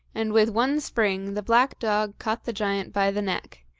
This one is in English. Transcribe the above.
and with one spring the black dog caught the giant by the neck,